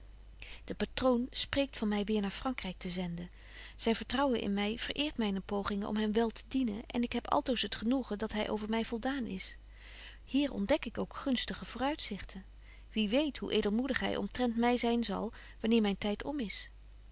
de patroon spreekt van my weêr naar vrankryk te zenden zyn vertrouwen in my verëert myne pogingen om hem wel te dienen en ik heb altoos het genoegen dat hy over my voldaan is hier ontdek ik ook gunstige vooruitzichten wie weet hoe edelmoedig hy omtrent my zyn zal wanneer myn tyd om is